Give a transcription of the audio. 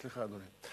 סליחה, אדוני.